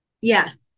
Yes